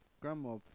grandma